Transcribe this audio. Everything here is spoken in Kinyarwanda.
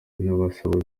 ndabasaba